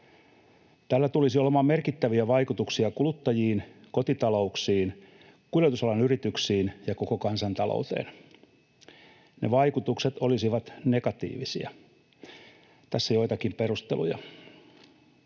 Tällä tulisi olemaan merkittäviä vaikutuksia kuluttajiin, kotitalouksiin, kuljetusalan yrityksiin ja koko kansantalouteen. Ne vaikutukset olisivat negatiivisia. Tässä joitakin perusteluja: